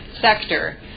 sector